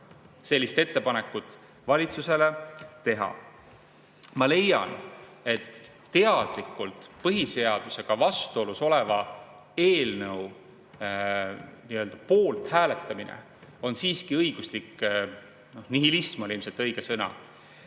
sellist ettepanekut valitsusele teha. Ma leian, et teadlikult põhiseadusega vastuolus oleva eelnõu poolt hääletamine on siiski õiguslik ... Noh, "nihilism"